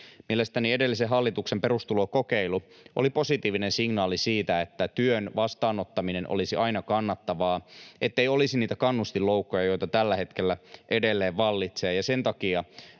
Mielestäni edellisen hallituksen perustulokokeilu oli positiivinen signaali siitä, että työn vastaanottaminen olisi aina kannattavaa, ettei olisi niitä kannustinloukkuja, joita tällä hetkellä edelleen vallitsee,